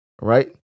right